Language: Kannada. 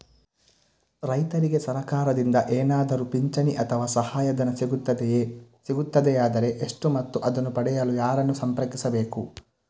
ರೈತರಿಗೆ ಸರಕಾರದಿಂದ ಏನಾದರೂ ಪಿಂಚಣಿ ಅಥವಾ ಸಹಾಯಧನ ಸಿಗುತ್ತದೆಯೇ, ಸಿಗುತ್ತದೆಯಾದರೆ ಎಷ್ಟು ಮತ್ತು ಅದನ್ನು ಪಡೆಯಲು ಯಾರನ್ನು ಸಂಪರ್ಕಿಸಬೇಕು?